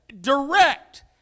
direct